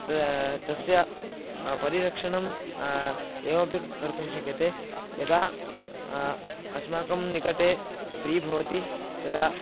तदा तस्य परिरक्षणम् एवमपि कर्तुं शक्यते यदा अस्माकं निकटे फ़्री भवति तदा